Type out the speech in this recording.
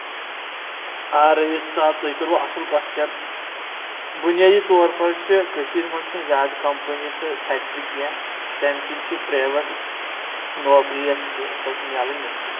آ رٔیٖس صاب تۄہہِ کٔرو اَصل کوسچن بُنیادی طور پر چھِ کٔشیٖر منٛز چھِنہٕ زیادٕ کمپٔنی تہٕ فیٚکٹری کینٛہہ تمہِ کِنۍ چھِ پریویٹ نوکری یۄس چھِ سۄ چھِ میلٕنۍ مُشکِل